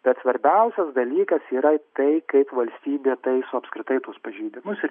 bet svarbiausias dalykas yra tai kaip valstybė taiso apskritai tuos pažeidimus ir